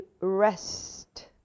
rest